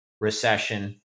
recession